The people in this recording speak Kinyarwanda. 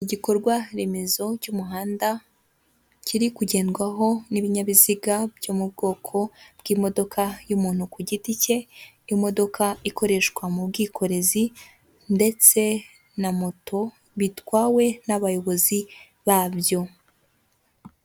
Igikorwaremezo cy'umuhanda kiri kugendwaho n'ibinyabiziga byo mu bwoko bw'imodoka y'umuntu ku giti cye, imodoka ikoreshwa mu bwikorezi, ndetse na moto bitwawe n'abayobozi babyo.